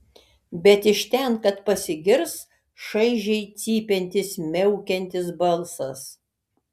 bet iš ten kad pasigirs šaižiai cypiantis miaukiantis balsas